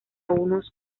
unos